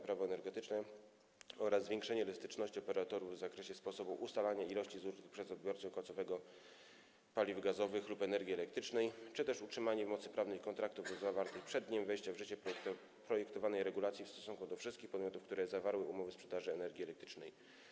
Prawo energetyczne oraz zwiększenie elastyczności operatorów w zakresie sposobu ustalania ilości zużytych przez odbiorcę końcowego paliw gazowych lub energii elektrycznej, czy też utrzymanie w mocy prawnej kontraktów sprzed dnia wejścia w życie projektowanej regulacji w stosunku do wszystkich podmiotów, które zawarły umowę sprzedaży energii elektrycznej.